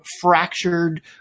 fractured